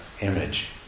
image